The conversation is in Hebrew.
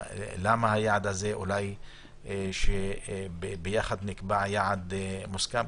למה היעד הזה ושאולי יחד נקבע יעד מוסכם.